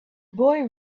boy